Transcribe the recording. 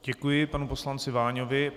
Děkuji panu poslanci Váňovi.